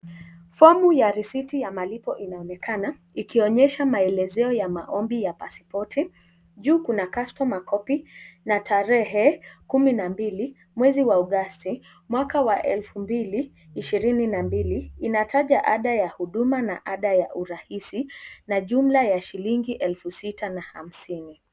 Fomu ya risiti ya malipo inaonekana, ikionyesha maelezo ya maombi ya pasipoti, juu kuna customer copy na tarehe kumi na mbili mwezi wa Augusti mwaka wa elfu mbili ishirini na mbili inataja ada ya huduma na ada ya urahisi, na jumla ya shilingi elfu sita na hamsini.